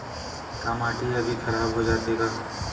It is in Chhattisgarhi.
का माटी ह भी खराब हो जाथे का?